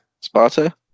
sparta